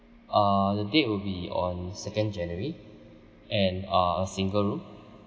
uh the date will be on second january and uh a single room